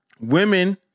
women